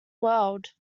world